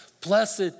Blessed